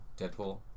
Deadpool